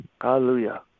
Hallelujah